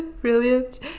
Brilliant